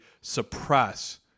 suppress